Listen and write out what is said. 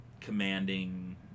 commanding